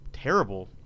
terrible